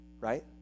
Right